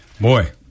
Boy